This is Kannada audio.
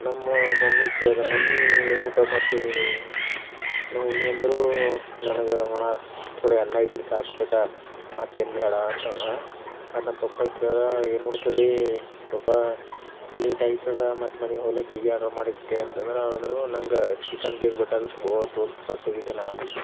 ನಮ್ಮ ಮಮ್ಮಿಗೆ ಕೇಳ್ದೆ ಮಮ್ಮಿ ಏನು ಊಟ ಮಾಡ್ತೀದಿ ನಮ್ಮ ಮಮ್ಮಿ ಅಂದ್ರು ನನಗೆ ಒಣ ಥೊಡೆ ಅನ್ನ ಇದ್ರೆ ಸಾಕು ಬೇಟಾ ಮತ್ತೇನು ಬೇಡಾ ಅಂತಂದ್ರು ಮತ್ತು ನಮ್ಮ ಪಪ್ಪಾಗೆ ಕೇಳ್ದೆ ಏನು ಉಣ್ತೀರಿ ಪಪ್ಪಾ ಲೇಟ್ ಆಗ್ತದ ಮತ್ತೆ ಮನೆಗೆ ಹೋಗ್ಲಿಕ್ಕೆ ಈಗೇ ಆರ್ಡರ್ ಮಾಡಿಟ್ಟೆ ಅಂತಂದ್ರೆ ಅವ್ರಂದ್ರು ನಂಗೆ ಚಿಕನ್ ಬೇಕು ಬೇಟಾ ತೋಲ್ ಥಕಾಸಿ ಹೋಗಿದ್ದೇನೆ